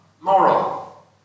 moral